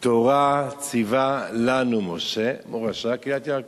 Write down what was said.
"תורה צִוה לנו משה, מורשה קהלת יעקב".